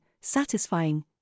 satisfying